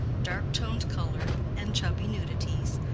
dark-toned color and chubby nudities,